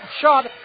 shot